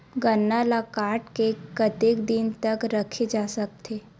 गन्ना ल काट के कतेक दिन तक रखे जा सकथे?